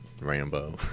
Rambo